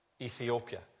Ethiopia